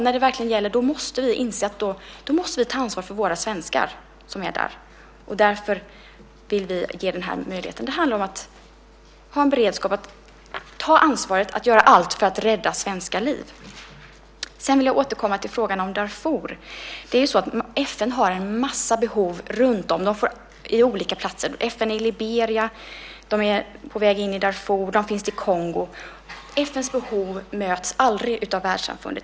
När det verkligen gäller måste vi ta ansvar för våra svenskar som är på plats, och därför vill vi ge denna möjlighet. Det handlar om att ha en beredskap, att ta ansvaret att göra allt för att rädda svenska liv. Sedan vill jag återkomma till frågan om Darfur. FN har en massa behov runtom på olika platser. FN är i Liberia, de är på väg in i Darfur och de finns i Kongo. FN:s behov möts aldrig av världssamfundet.